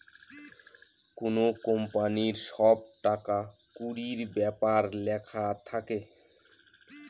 কোনো কোম্পানির সব টাকা কুড়ির ব্যাপার লেখা থাকে